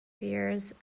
pears